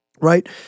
Right